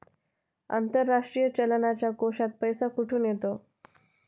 आंतरराष्ट्रीय चलनाच्या कोशात पैसा कुठून येतो?